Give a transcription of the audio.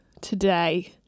Today